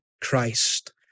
Christ